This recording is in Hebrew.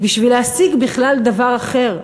בשביל להשיג בכלל דבר אחר.